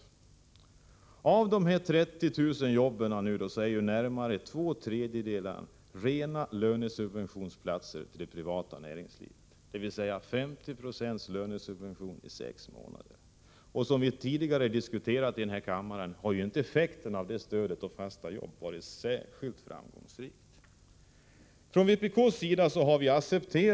Av dessa 30 000 jobb är alltså närmare två tredjedelar rena lönesubventionsplatser i det privata näringslivet, dvs. med 50 26 lönesubvention i sex månader. Som vi tidigare diskuterat här i kammaren har ju inte detta stöd varit särskilt framgångsrikt i fråga om effekter i form av fasta jobb.